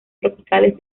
tropicales